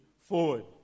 forward